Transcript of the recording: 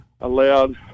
allowed